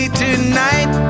tonight